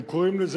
הם קוראים לזה,